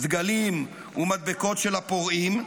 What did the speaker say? דגלים ומדבקות של הפורעים?